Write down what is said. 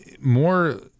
more